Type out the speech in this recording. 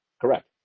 correct